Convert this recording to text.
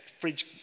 fridge